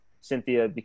Cynthia